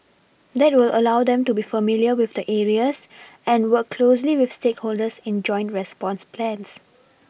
that will allow them to be familiar with the areas and work closely with stakeholders in joint response plans